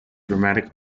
dramatic